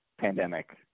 pandemic